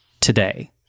today